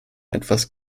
etwas